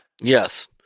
Yes